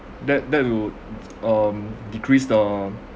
that that would um decrease the